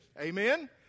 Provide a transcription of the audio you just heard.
Amen